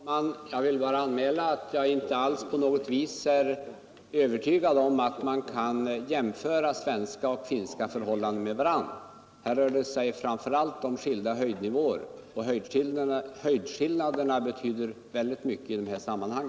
Herr talman! Jag vill bara anmäla att jag inte på något vis är övertygad om att man kan jämföra svenska och finska förhållanden med varandra. Här rör det sig framför allt om skilda höjdnivåer, vilka betyder mycket i detta sammanhang.